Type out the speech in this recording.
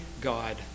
God